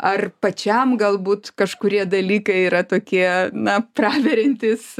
ar pačiam galbūt kažkurie dalykai yra tokie na praveriantys